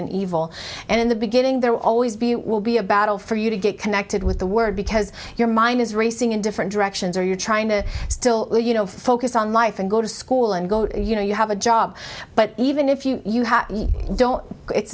and evil and in the beginning there will always be it will be a battle for you to get connected with the word because your mind is racing in different directions or you're trying to still you know focus on life and go to school and go you know you have a job but even if you don't it's